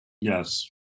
Yes